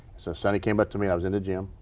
so sonny came up to me. i was in the gym.